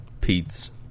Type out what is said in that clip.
Pete's